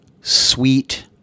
sweet